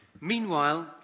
Meanwhile